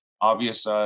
obvious